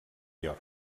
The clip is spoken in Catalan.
york